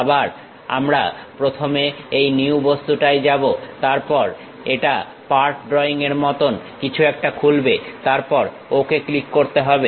আবার আমরা প্রথমে এই নিউ বস্তুটাই যাবো তারপর এটা পার্ট ড্রইং এর মত কিছু একটা খুলবে তারপর ওকে ক্লিক করতে হবে